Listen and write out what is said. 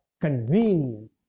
convenient